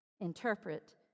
Interpret